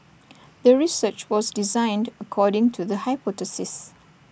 the research was designed according to the hypothesis